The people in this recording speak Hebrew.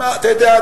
אתה יודע,